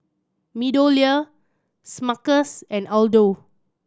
MeadowLea Smuckers and Aldo